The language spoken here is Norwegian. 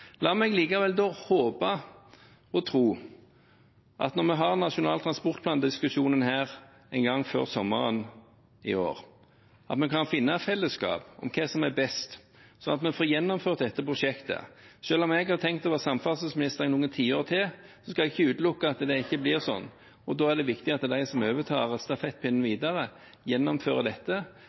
La meg likevel håpe og tro at når vi har Nasjonal transportplan til diskusjon her en gang før sommeren i år, kan vi i fellesskap finne fram til hva som er best, sånn at vi får gjennomført dette prosjektet. Selv om jeg har tenkt å være samferdselsminister i noen tiår til, skal jeg ikke utelukke at det ikke blir sånn, og da er det viktig at de som overtar stafettpinnen, gjennomfører dette